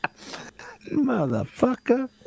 Motherfucker